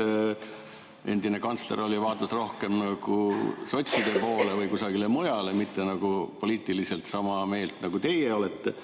et endine kantsler vaatas rohkem nagu sotside poole või kusagile mujale, ei olnud poliitiliselt sama meelt, nagu teie olete?